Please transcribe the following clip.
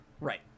Right